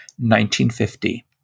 1950